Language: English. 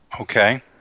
Okay